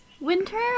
winter